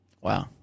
Wow